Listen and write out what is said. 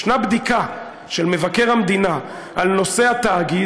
יש בדיקה של מבקר המדינה בנושא התאגיד,